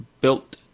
built